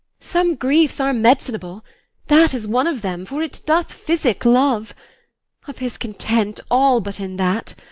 some griefs are med'cinable that is one of them, for it doth physic love of his content, all but in that.